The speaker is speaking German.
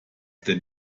denn